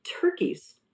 turkeys